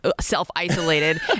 self-isolated